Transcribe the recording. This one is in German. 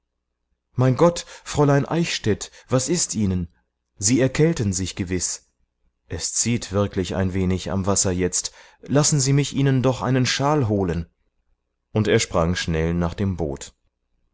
mein gott fräulein eichstädt was ist ihnen sie erkälten sich gewiß es zieht wirklich ein wenig am wasser jetzt lassen sie mich ihnen doch einen shawl holen und er sprang schnell nach dem boot